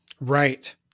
Right